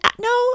No